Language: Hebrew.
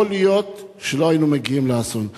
יכול להיות שלא היינו מגיעים לאסון.